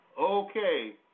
Okay